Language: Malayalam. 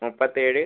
മുപ്പത്തേഴ്